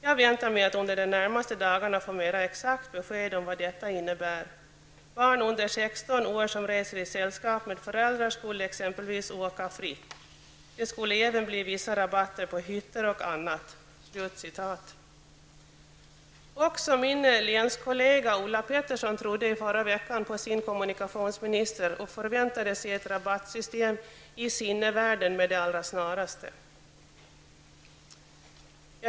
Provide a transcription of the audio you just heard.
Jag väntar mig att under de närmaste dagarna få mera exakt besked om vad detta innebär. Barn under 16 år som reser i sällskap med föräldrar skulle exempelvis åka fritt. Det skulle även bli vissa rabatter på hytter och annat.” Också min länskollega Ulla Pettersson trodde i förra veckan på sin kommunikationsminister och förväntade sig ett rabattsystem i sinnevärlden med det allra snaraste.